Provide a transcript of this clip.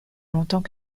longtemps